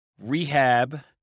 rehab